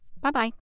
Bye-bye